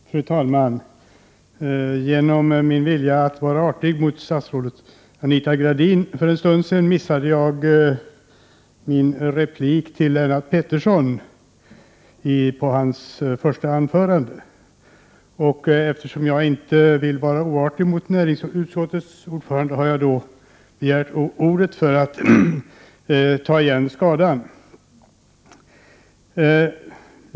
Fru talman! Genom min vilja att vara artig mot statsrådet Anita Gradin för en stund sedan missade jag min replik med anledning av Lennart Petterssons första anförande. Och eftersom jag inte vill vara oartig mot näringsutskottets ordförande har jag begärt ordet för att ta igen skadan.